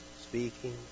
speaking